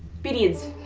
periods.